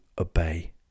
obey